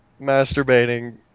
masturbating